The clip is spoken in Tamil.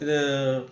இது